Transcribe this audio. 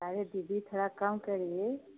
अरे दीदी थोड़ा कम करिए